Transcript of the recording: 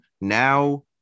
now